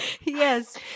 Yes